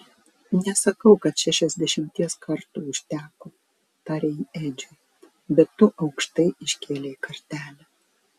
nesakau kad šešiasdešimties kartų užteko tarė ji edžiui bet tu aukštai iškėlei kartelę